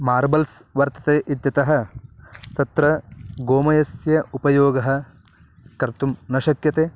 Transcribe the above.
marbles वर्तते इत्यतः तत्र गोमयस्य उपयोगः कर्तुं न शक्यते